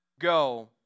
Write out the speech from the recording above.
go